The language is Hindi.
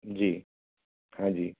जी हाँ जी